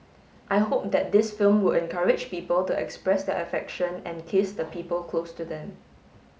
I hope that this film will encourage people to express their affection and kiss the people close to them